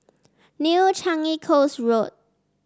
New Changi Coast Road